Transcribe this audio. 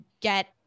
get